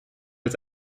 het